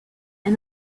and